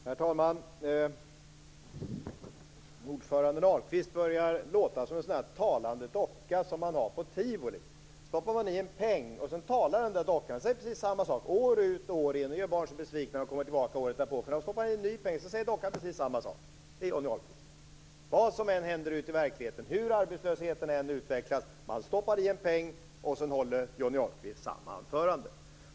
Herr talman! Ordförande Ahlqvist börjar låta som en talande docka som man har på tivoli. Man stoppar i en peng och sedan talar dockan. Den säger precis samma sak år ut och år in. Den gör barn besvikna när de kommer tillbaka året därpå, för när de stoppar i en ny peng säger dockan precis samma sak. Det är Johnny Ahlqvist. Vad som än händer ute i verkligheten, hur arbetslösheten än utvecklas - man stoppar i en peng och sedan håller Johnny Ahlqvist samma anförande.